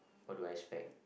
what do I expect